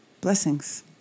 blessings